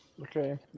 Okay